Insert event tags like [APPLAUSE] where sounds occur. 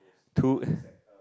to [BREATH]